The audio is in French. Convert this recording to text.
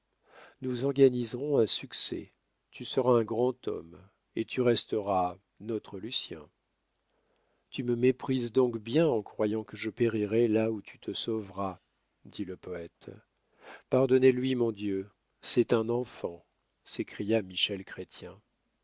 nous organiserons un succès tu seras un grand homme et tu resteras notre lucien tu me méprises donc bien en croyant que je périrais là où tu te sauveras dit le poète pardonnez-lui mon dieu c'est un enfant s'écria